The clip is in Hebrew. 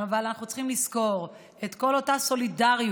אבל אנחנו צריכים לזכור את כל אותה סולידריות